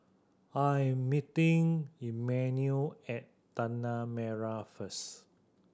I'm meeting Emanuel at Tanah Merah first